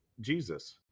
Jesus